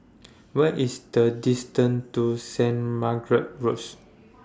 What IS The distance to Saint Margaret's Road